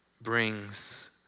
brings